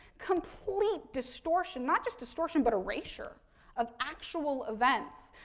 complete distortion, not just distortion but eraser of actual events.